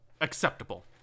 acceptable